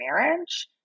marriage